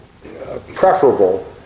preferable